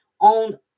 on